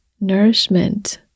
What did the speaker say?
nourishment